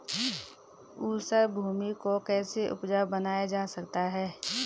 ऊसर भूमि को कैसे उपजाऊ बनाया जा सकता है?